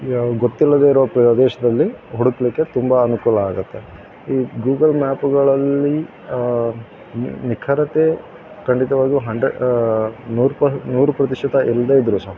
ಯಾವ ಗೊತ್ತಿಲ್ಲದೆ ಇರುವ ಪ್ರದೇಶದಲ್ಲಿ ಹುಡುಕಲಿಕ್ಕೆ ತುಂಬ ಅನುಕೂಲ ಆಗುತ್ತೆ ಈ ಗೂಗಲ್ ಮ್ಯಾಪ್ಗಳಲ್ಲಿ ನಿಖರತೆ ಖಂಡಿತವಾಗಿಯೂ ಹಂಡ್ರೆ ನೂರು ಪರ್ ನೂರು ಪ್ರತಿಶತ ಇಲ್ಲದೇ ಇದ್ದರು ಸಹ